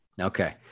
Okay